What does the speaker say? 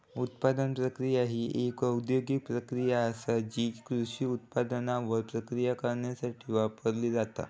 उत्पादन प्रक्रिया ही एक औद्योगिक प्रक्रिया आसा जी कृषी उत्पादनांवर प्रक्रिया करण्यासाठी वापरली जाता